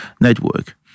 network